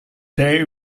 berry